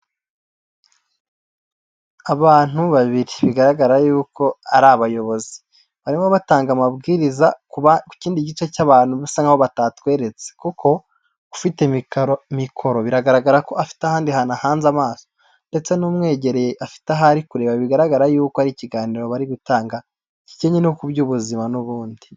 Abantu babiri bigaragara yuko ari abayobozi, barimo batanga amabwiriza ku kindi gice cy'abantu basa nkaho batatweretse, kuko ufite mikoro biragaragara ko afite ahandi ahanze amaso, ndetse n'umwegereye afite aho ari kureba bigaragara yuko ari ikiganiro bari gutanga kijyanye no ku by'ubuzima n'ubundi.